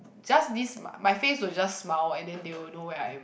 just this my face will just smile and then they will know where I am